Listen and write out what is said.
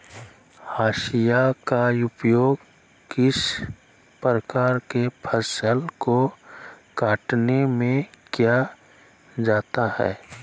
हाशिया का उपयोग किस प्रकार के फसल को कटने में किया जाता है?